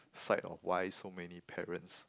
side of why so many parents